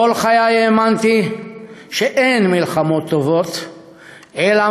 כל חיי האמנתי שאין מלחמות טובות אלא